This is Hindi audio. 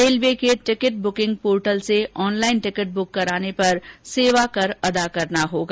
रेलवे के टिकट बुकिंग पोर्टल से ऑनलाइन टिकट बुक कराने पर सेवाकर अदा करना होगा